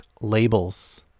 Labels